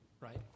right